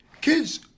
Kids